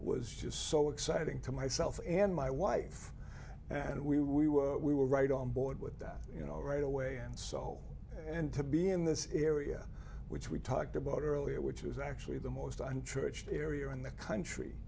was just so exciting to myself and my wife and we we were we were right on board with that you know right away and so and to be in this area which we talked about earlier which is actually the most entrenched area in the country